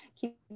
keep